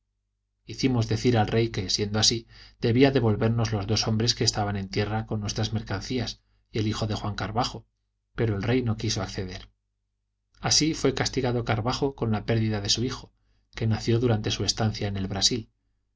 hicimos decir al rey que siendo así debía devolvernos los dos hombres que estaban en tierra con nuestras mercancías y el hijo de juan carvajo pero el rey no quiso acceder así fué castigado carvajo con la pérdida de su hijo que nació durante su estancia en el brasil